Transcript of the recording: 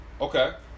Okay